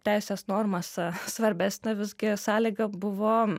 teisės normose svarbesnė visgi sąlyga buvo